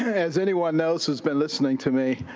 as anyone knows who's been listening to me,